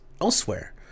elsewhere